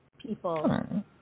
People